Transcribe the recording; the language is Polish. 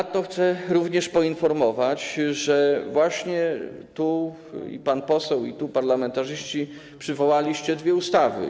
Ponadto chcę również poinformować, że właśnie tutaj pan poseł i parlamentarzyści przywołaliście dwie ustawy.